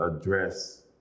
address